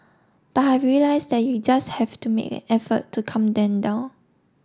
but I've realised that you just have to make an effort to calm them down